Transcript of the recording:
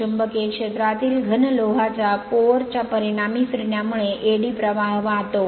चुंबकीय क्षेत्रातील घन लोहाच्या कोर च्या परिणामी फिरण्यामुळे एडी प्रवाह होतो